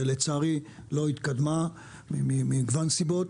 שלצערי לא התקדמה ממגוון סיבות.